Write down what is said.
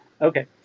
Okay